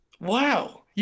Wow